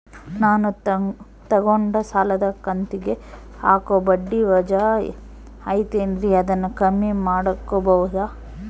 ನಾನು ತಗೊಂಡ ಸಾಲದ ಕಂತಿಗೆ ಹಾಕೋ ಬಡ್ಡಿ ವಜಾ ಐತಲ್ರಿ ಅದನ್ನ ಕಮ್ಮಿ ಮಾಡಕೋಬಹುದಾ?